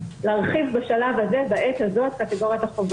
להרחיב בשלב הזה בעת הזאת את קטגוריית החובה.